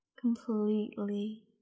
completely